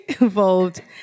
involved